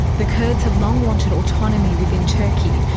the kurds have long wanted autonomy within turkey,